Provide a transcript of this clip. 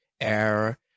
Air